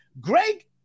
Greg